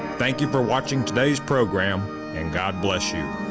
thank you for watching today's program and god bless you.